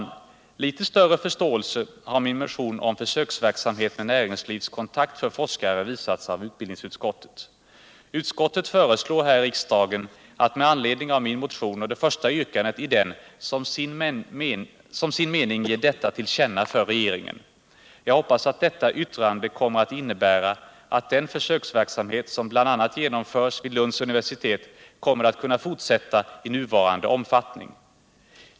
Litet större förståelse har min motion 1977/78:569 om försöksverksamhet med näringslivskontakt för forskare visats av utbildningsutskottet. Utskottet föreslår här riksdagen att med anledning av det första yrkandet i min motion som sin mening ge regeringen till känna vad jag 131 anfört. Jag hoppas att detta yttrande kommer att innebära att den försöksverksamhet som bl.a. genomförs vid Lunds universitet kommer att kunna fortsätta i nuvarande omfattning.